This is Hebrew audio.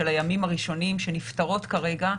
של הימים הראשונים של שנפתרות כרגע.